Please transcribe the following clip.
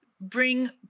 bring